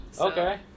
okay